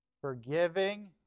Forgiving